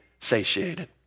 satiated